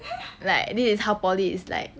like this is how poly is like